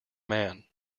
man